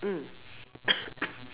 mm